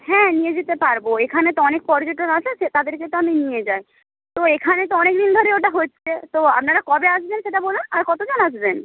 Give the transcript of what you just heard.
হ্যাঁ নিয়ে যেতে পারব এখানে তো অনেক পর্যটক আসে সে তাদেরকে তো আমি নিয়ে যাই তো এখানে তো অনেক দিন ধরেই ওটা হচ্ছে তো আপনারা কবে আসবেন সেটা বলুন আর কতজন আসবেন